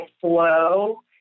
flow